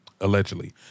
Allegedly